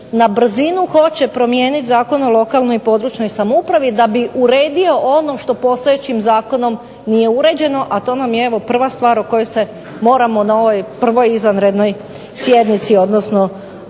na brzinu hoće promijeniti Zakon o lokalnoj i područnoj samoupravi da bi uredio ono što postojećim zakonom nije uređeno a to nam je evo prva stvar o kojoj se moramo na ovoj prvoj izvanrednoj sjednici odnosno drugoj